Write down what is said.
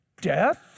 death